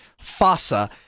Fossa